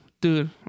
Dude